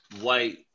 white